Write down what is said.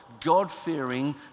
God-fearing